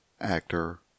actor